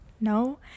no